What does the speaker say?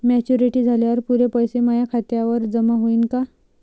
Maturity झाल्यावर पुरे पैसे माया खात्यावर जमा होईन का?